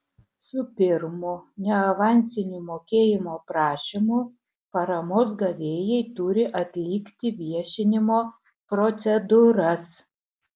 su pirmu neavansiniu mokėjimo prašymu paramos gavėjai turi atlikti viešinimo procedūras